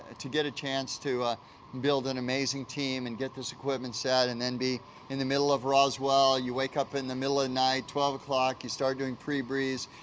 to get a chance to ah build an amazing team and get this equipment set and then be in the middle of roswell. you wake up in the middle of the night, twelve o'clock, you start doing pre-breeze,